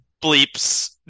bleeps